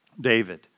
David